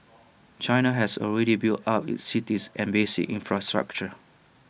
China has already built up its cities and basic infrastructure